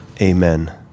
Amen